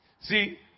See